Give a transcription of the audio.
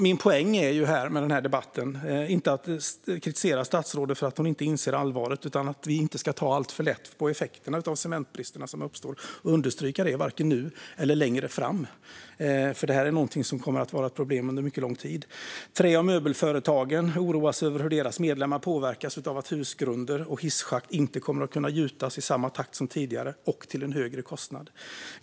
Min poäng med den här debatten är inte att kritisera statsrådet för att hon inte inser allvaret utan att understryka att vi inte ska ta alltför lätt på effekterna av cementbristen som uppstår, vare sig nu eller längre fram. Det här är någonting som kommer att vara ett problem under mycket lång tid. Tre av möbelföretagen oroas över hur deras medlemmar påverkas av att husgrunder och hisschakt inte kommer att kunna gjutas i samma takt som tidigare och av att det sker till en högre kostnad.